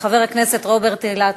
ולא נעסוק בחוקים בעלי תוכן ולא נעסוק